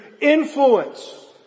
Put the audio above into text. influence